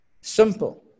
Simple